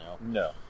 No